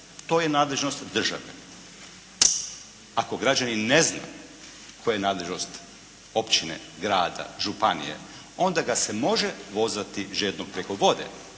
To je nadležnost države. Ako građanin ne zna koja je nadležnost općine, grada, županije onda ga se može vozati “žednog preko vode“.